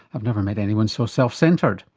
i've never met anyone so self-centred'.